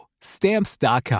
Stamps.com